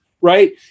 right